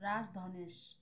রাজ ধনেশ